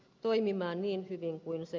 toimimaan niin hyvin kuin se